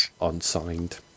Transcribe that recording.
unsigned